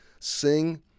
sing